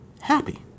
happy